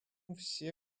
все